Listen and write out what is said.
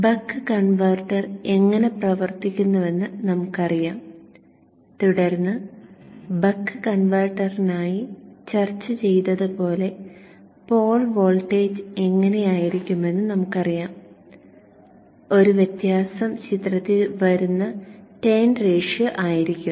buck converter എങ്ങനെ പ്രവർത്തിക്കുന്നുവെന്ന് നമുക്ക് അറിയാം തുടർന്ന് ബക്ക് കൺവെർട്ടറിനായി ചർച്ച ചെയ്തതുപോലെ പോൾ വോൾട്ടേജ് എങ്ങനെയായിരിക്കുമെന്ന് നമുക്കറിയാം ഒരു വ്യത്യാസം ചിത്രത്തിൽ വരുന്ന ടേൺ റേഷ്യോ ആയിരിക്കും